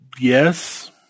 yes